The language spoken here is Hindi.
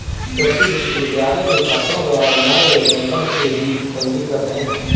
कृषि विश्वविद्यालय के छात्रों द्वारा बनाए गए सैंपल के बीज पंजीकृत हैं